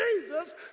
Jesus